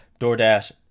DoorDash